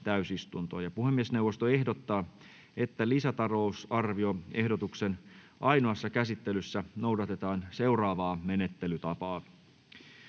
Puhemiesneuvosto ehdottaa, että lisätalousarvioehdotuksen ainoassa käsittelyssä noudatetaan seuraavaa menettelytapaa: